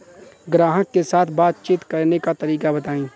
ग्राहक के साथ बातचीत करने का तरीका बताई?